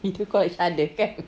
video call each other kan